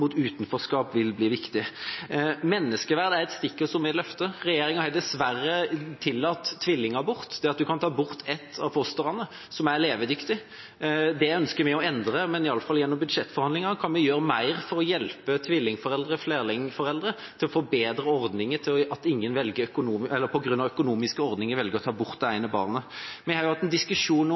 mot utenforskap vil bli viktig. Menneskeverd er et stikkord som vi løfter. Regjeringa har dessverre tillatt tvillingabort, det at man kan ta bort et av fostrene, som er levedyktig. Det ønsker vi å endre. Gjennom budsjettforhandlinger kan vi iallfall gjøre mer for å hjelpe tvillingforeldre og flerlingforeldre til å få bedre ordninger, slik at ingen på grunn av økonomiske ordninger velger å ta bort det ene barnet. Vi har også hatt en diskusjon om